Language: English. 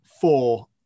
four